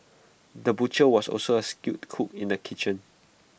the butcher was also A skilled cook in the kitchen